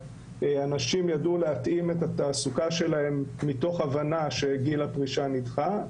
אנשים ידעו להתאים את התעסוקה שלהם מתוך הבנה שגיל הפרישה נדחה.